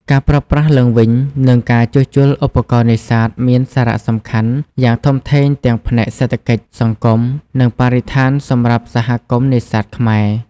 ការប្រើប្រាស់ឡើងវិញ និងការជួសជុលឧបករណ៍នេសាទមានសារៈសំខាន់យ៉ាងធំធេងទាំងផ្នែកសេដ្ឋកិច្ច សង្គម និងបរិស្ថានសម្រាប់សហគមន៍នេសាទខ្មែរ។